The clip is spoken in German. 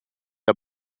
der